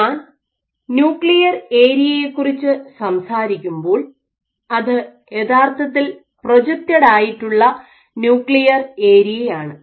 ഞാൻ ന്യൂക്ലിയർ ഏരിയയെക്കുറിച്ച് സംസാരിക്കുമ്പോൾ അത് യഥാർത്ഥത്തിൽ പ്രൊജക്റ്റ്ഡ് ആയിട്ടുള്ള ന്യൂക്ലിയർ ഏരിയയാണ്